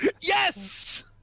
Yes